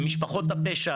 במשפחות הפשע,